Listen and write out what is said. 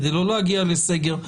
כדי לא להגיע לסגר.